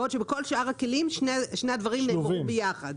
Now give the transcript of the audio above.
בעוד שבכל שאר הכלים שני הדברים באים ביחד.